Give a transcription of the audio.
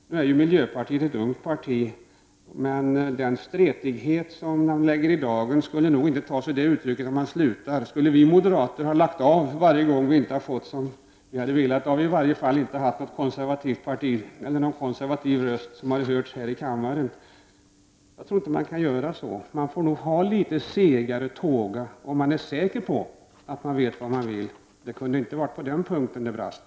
Miljöpartiet är ett ungt parti, men den stretighet som man lägger i dagen borde nog inte ta sig uttryck i att man slutar. Skulle vi moderater ha lagt av varje gång vi inte har fått som vi har velat, hade vi i varje fall inte haft något konservativt parti eller någon konservativ röst som hade hörts här i kammaren. Jag tror inte att man kan göra så. Man får nog ha litet segare tåga, om man är säker på att man vet vad man vill. Det kan inte vara så att det brister på den punkten?